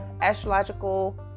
astrological